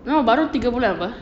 no baru tiga bulan [pe]